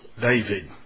David